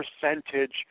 percentage